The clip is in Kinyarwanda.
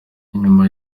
nyuma